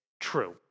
true